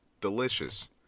Delicious